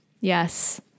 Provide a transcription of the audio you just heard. yes